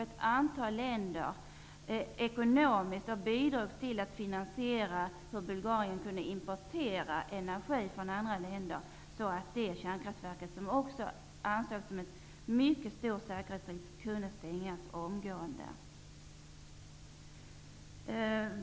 Ett antal länder gick ihop och bidrog till att finansiera import av energi till Bulgarien från andra länder, så att det kärnkraftverk som ansågs vara en mycket stor säkerhetsrisk kunde stängas omgående.